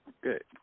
good